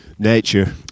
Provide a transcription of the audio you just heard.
Nature